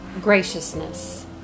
graciousness